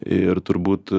ir turbūt